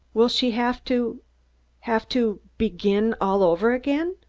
will she have to have to begin all over again?